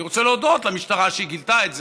אני רוצה להודות למשטרה שהיא גילתה את זה,